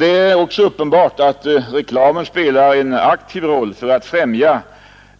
Det är också uppenbart att reklamen spelar en aktiv roll för att främja